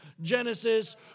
Genesis